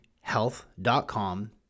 health.com